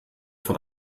von